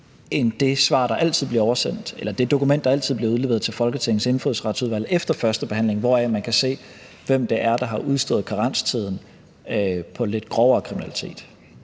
end i det dokument, der altid bliver udleveret til Folketingets Indfødsretsudvalg efter førstebehandlingen, hvoraf man kan se, hvem det er, der har udstået karenstiden på lidt grovere kriminalitet,